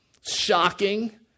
Shocking